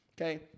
Okay